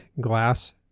glass